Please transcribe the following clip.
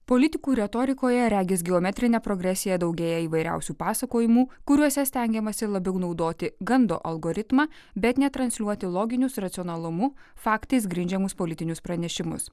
politikų retorikoje regis geometrine progresija daugėja įvairiausių pasakojimų kuriuose stengiamasi labiau naudoti gando algoritmą bet ne transliuoti loginius racionalumu faktais grindžiamus politinius pranešimus